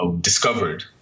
discovered